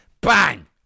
bang